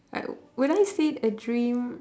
I would I said a dream